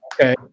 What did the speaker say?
Okay